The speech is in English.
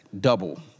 double